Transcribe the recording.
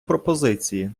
пропозиції